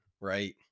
Right